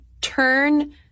turn